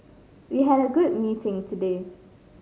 we had a good meeting today